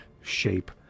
shape